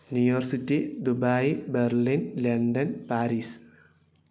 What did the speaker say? New York city Dubai Berlin London Paris